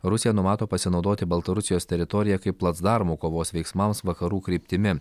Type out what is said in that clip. rusija numato pasinaudoti baltarusijos teritoriją kaip placdarmu kovos veiksmams vakarų kryptimi